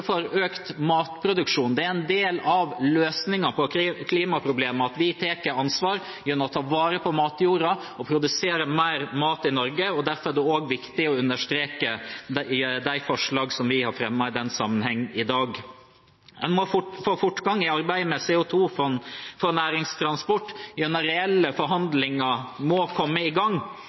for økt matproduksjon. Det er en del av løsningen på klimaproblemene at vi tar ansvar gjennom å ta vare på matjorden og produsere mer mat i Norge. Derfor er det også viktig å understreke de forslagene vi har fremmet i den sammenheng i dag. Vi må få fortgang i arbeidet med CO 2 -fond for næringstransport, og reelle forhandlinger må komme i gang.